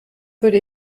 würde